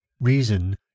Reason